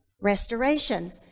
Restoration